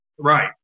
Right